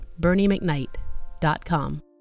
BernieMcKnight.com